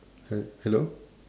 he~ hello